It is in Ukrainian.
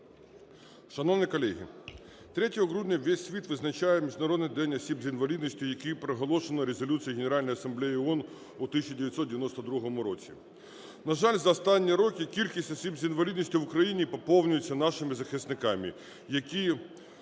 Шановні колеги, 3 грудня весь світ відзначає Міжнародний день осіб з інвалідністю, який проголошено Резолюцією Генеральної Асамблеї ООН у 1992 році. На жаль, за останні роки кількість осіб з інвалідністю в Україні поповнюється нашими захисниками, які